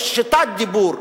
יש תת-דיבור,